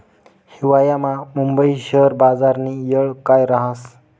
हिवायामा मुंबई शेयर बजारनी येळ काय राहस